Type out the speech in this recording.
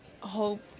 hope